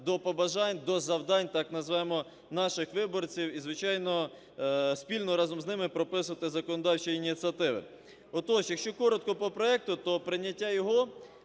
до побажань, до завдань так называемых наших виборців і, звичайно, спільно разом з ними прописувати законодавчі ініціативи. Отож, якщо коротко по проекту, то прийняття його